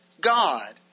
God